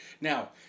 now